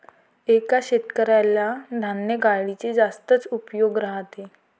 एका शेतकऱ्याला धान्य गाडीचे जास्तच उपयोग राहते